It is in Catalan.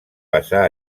passà